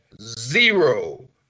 zero